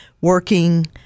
working